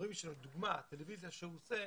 לדוגמה הטלוויזיה שהוא עושה,